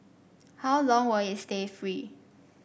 how long will it stay free